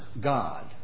God